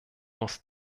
muss